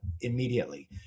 immediately